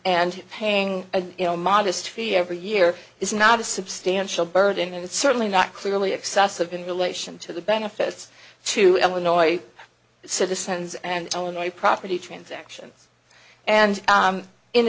and paying a you know modest fee every year is not a substantial burden and certainly not clearly excessive in relation to the benefits to illinois citizens and illinois property transactions and